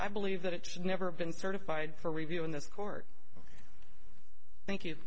i believe that it should never been certified for review in this court thank you